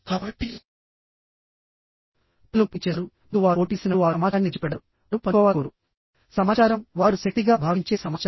కాబట్టి ప్రజలు పోటీ చేస్తారు మరియు వారు పోటీ చేసినప్పుడు వారు సమాచారాన్ని దాచిపెడతారు వారు పంచుకోవాలనుకోరు సమాచారం వారు శక్తిగా భావించే సమాచారం